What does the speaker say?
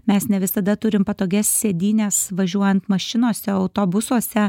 mes ne visada turim patogias sėdynes važiuojant mašinose autobusuose